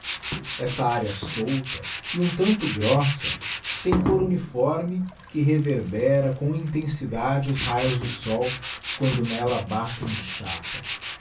essa arêa solta e um tanto grossa tem côr uniforme que reverbera com intensidade os raios do sol quando nella batem de chapa